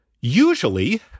usually